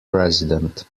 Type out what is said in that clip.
president